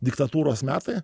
diktatūros metai